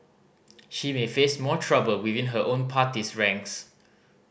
she may face more trouble within her own party's ranks